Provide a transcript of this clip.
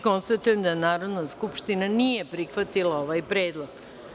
Konstatujem da Narodna skupština nije prihvatila ovaj predlog.